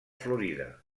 florida